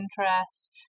interest